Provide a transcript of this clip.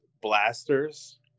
blasters